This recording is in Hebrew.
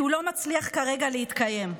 כי הוא לא מצליח כרגע להתקיים.